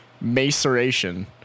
maceration